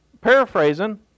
paraphrasing